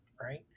right